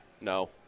No